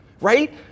Right